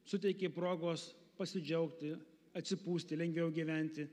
suteikė progos pasidžiaugti atsipūsti lengviau gyventi